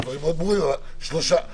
תאמרי שלושה משפטים,